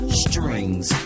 strings